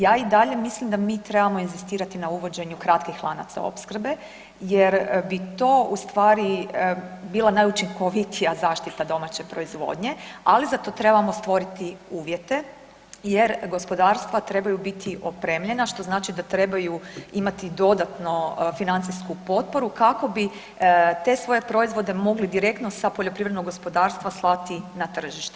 Ja i dalje mislim da mi trebamo inzistirati na uvođenju kratkih lanaca opskrbe jer bi to bila najučinkovitija zaštita domaće proizvodnje, ali za to trebamo stvoriti uvjete jer gospodarstva trebaju biti opremljena što znači da trebaju imati dodatno financijsku potporu kako bi te svoje proizvode mogli direktno sa poljoprivrednog gospodarstva slati na tržište.